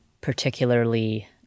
particularly